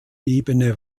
ebene